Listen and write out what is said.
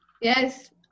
Yes